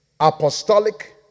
apostolic